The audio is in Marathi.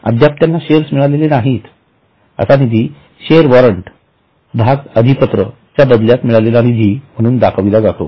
अद्याप त्यांना शेअर्स मिळालेले नाहीत असा निधी शेअर वॉरंट भागअधिपत्र च्या बदल्यात मिळालेला निधी म्हणून दाखविला जातो